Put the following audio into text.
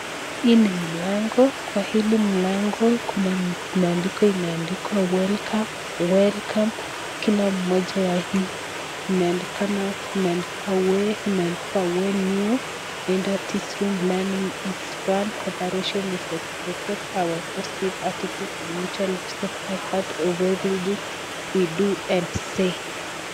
Hii ni mlango, kwa hili mlango kuna maandiko imeandikwa welcome, welcome kila moja ya hii imeandikwa when you enter this room, learning is fun, cooperation is expected, our positive attitude and mutual respect are part of everything we do and say